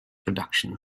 production